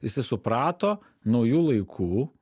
jisai suprato naujų laikų